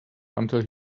until